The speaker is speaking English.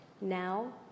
now